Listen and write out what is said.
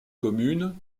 communes